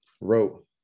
wrote